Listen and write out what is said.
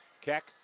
Keck